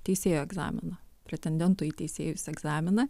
teisėjo egzaminą pretendento į teisėjus egzaminą